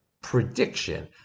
prediction